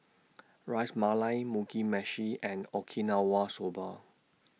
Ras Malai Mugi Meshi and Okinawa Soba